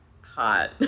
hot